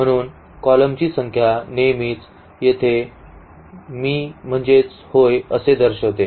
म्हणून column ची संख्या नेहमीच येथे मी म्हणजेच होय असे दर्शवते